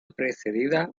precedida